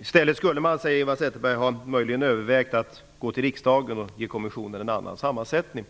I stället skulle man, säger Eva Zetterberg, möjligen ha övervägt att vända sig till riksdagen och ge kommissionen en annan sammansättning.